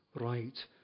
right